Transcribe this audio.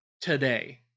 today